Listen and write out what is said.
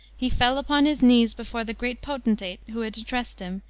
he fell upon his knees before the great potentate who had addressed him,